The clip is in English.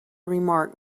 remark